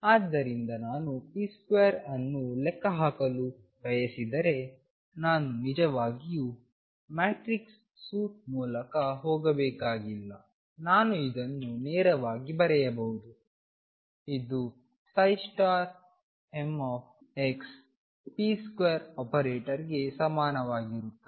ಆದ್ದರಿಂದ ನಾನು p2 ಅನ್ನು ಲೆಕ್ಕಹಾಕಲು ಬಯಸಿದರೆ ನಾನು ನಿಜವಾಗಿಯೂ ಮ್ಯಾಟ್ರಿಕ್ಸ್ ಸೂಟ್ ಮೂಲಕ ಹೋಗಬೇಕಾಗಿಲ್ಲ ನಾನು ಇದನ್ನು ನೇರವಾಗಿ ಬರೆಯಬಹುದು ಇದುmxp2 ಆಪರೇಟರ್ಗೆ ಸಮಾನವಾಗಿರುತ್ತದೆ